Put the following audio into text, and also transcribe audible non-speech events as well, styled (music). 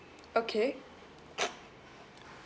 okay (noise)